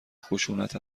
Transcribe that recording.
خشونت